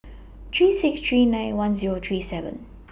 three six three nine one Zero three seven